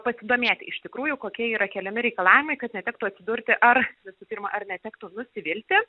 pasidomėti iš tikrųjų kokie yra keliami reikalavimai kad netektų atsidurti ar visų pirma ar netektų nusivilti